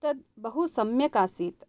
तत् बहु सम्यक् आसीत्